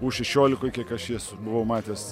u šešiolikoj kiek aš jį esu buvau matęs